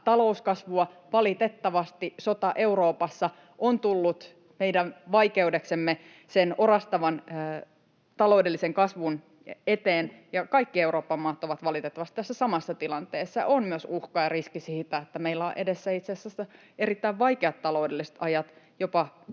talouskasvua. Valitettavasti sota Euroopassa on tullut meidän vaikeudeksemme sen orastavan taloudellisen kasvun eteen, ja kaikki Euroopan maat ovat valitettavasti tässä samassa tilanteessa, ja on myös uhka ja riski siitä, että meillä on edessä itse asiassa erittäin vaikeat taloudelliset ajat, jopa